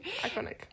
Iconic